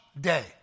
day